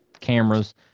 cameras